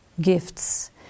gifts